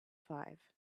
five